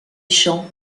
champs